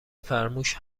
فرموش